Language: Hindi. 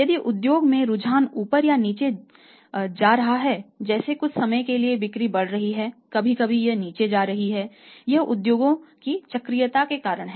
यदि उद्योग में रुझान ऊपर या नीचे जा रहा है जैसे कुछ समय के लिए बिक्री बढ़ रही है कभी कभी यह नीचे जा रही है यह उद्योगों की चक्रीयता के कारण है